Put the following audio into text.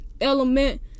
element